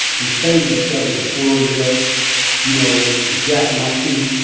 we favored each other with full lips you know, the gap in my teeth.